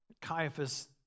Caiaphas